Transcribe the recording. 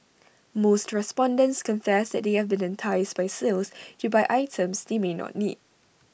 most respondents confess that they have been enticed by sales to buy items they may not need